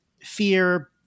fear